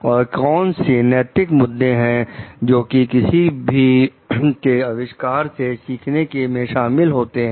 और कौन से नैतिक मुद्दे हैं जो कि किसी के अविष्कार से सीखने में शामिल होते हैं